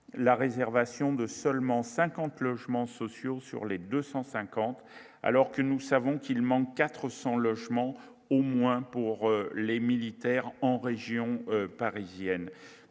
la réservation de seulement 50 logements sociaux sur les 250 alors que nous savons qu'il manque 400 logements au moins pour les militaires, en région parisienne,